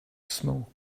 smoke